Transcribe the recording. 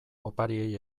opariei